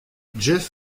jeff